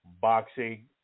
boxing